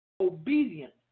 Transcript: obedient